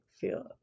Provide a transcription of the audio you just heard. feel